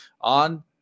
on